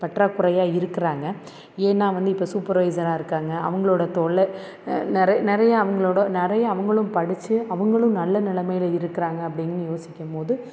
பற்றாக்குறையாக இருக்கிறாங்க ஏன்னால் வந்து இப்போ சூப்பர்வைஸராக இருக்காங்க அவங்களோட தோளில் நிறை நிறையா அவர்களோட நிறைய அவங்களும் படித்து அவங்களும் நல்ல நிலமைல இருக்கிறாங்க அப்படின்னு யோசிக்கும்போது